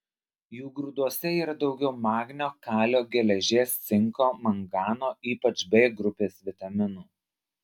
jų grūduose yra daugiau magnio kalio geležies cinko mangano ypač b grupės vitaminų